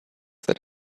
that